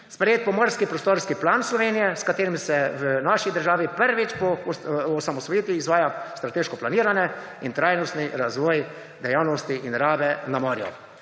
Sprejet je Pomorski prostorski plan Slovenije, s katerim se v naši državi prvič po osamosvojitvi izvaja strateško planirani in trajnostni razvoj dejavnosti in rabe na morju.